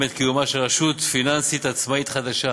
את קיומה של רשות פיננסית עצמאית חדשה